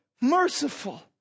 merciful